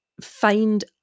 find